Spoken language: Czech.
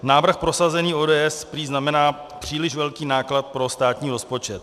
Návrh prosazený ODS prý znamená příliš velký náklad pro státní rozpočet.